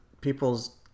people's